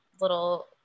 little